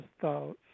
thoughts